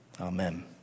Amen